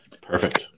Perfect